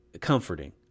comforting